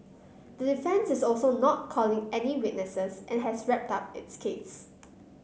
the defence is also not calling any witnesses and has wrapped up its case